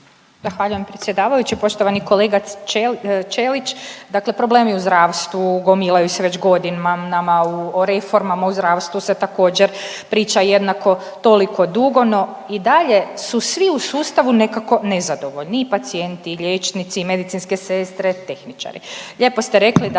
Zahvaljujem predsjedavajući. Poštovani kolega Ćelić, dakle problemi u zdravstvu gomilaju se već godinama, o reformama u zdravstvu se također priča jednako toliko dugo, no i dalje su svi u sustavu nekako nezadovoljni i pacijenti, i liječnici, i medicinske sestre, tehničari. Lijepo ste rekli da